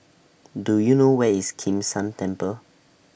Do YOU know Where IS Kim San Temple